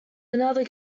another